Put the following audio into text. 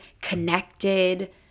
connected